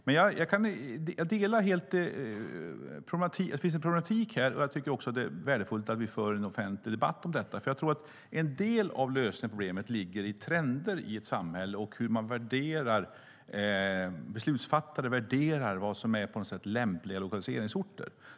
Men jag håller helt med om att det finns en problematik i detta sammanhang och att det är värdefullt att vi för en offentlig debatt om detta. En del av lösningen av problemet ligger i trender i ett samhälle och hur beslutsfattare värderar vad som är lämpliga lokaliseringsorter.